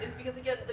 and because, again,